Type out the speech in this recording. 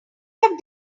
have